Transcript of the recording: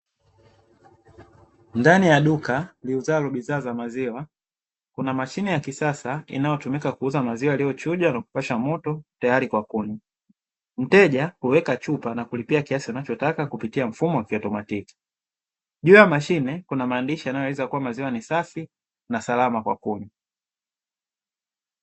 Ndani ya duka liuzalo bidhaa za maziwa kuna mashine ya kisasa inayotumika kuuza maziwa yaliochujwa na kupasha moto tayari kwa kunywa. Mteja huweka chupa na kulipia kiasi anachotaka kupitia mfumo wa kieletroniki, juu ya mashine kuna maandishi yanayo elezea kuwa maziwa ni safi na ni salama kwa kunywa.